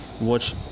watch